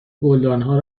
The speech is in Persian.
گلدانها